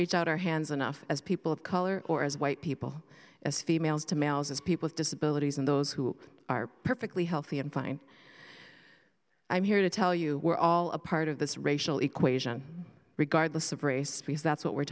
reach out our hands and off as people of color or as white people as females to males as people of disabilities and those who are perfectly healthy and fine i'm here to tell you we're all a part of this racial equation regardless of race because that's what we're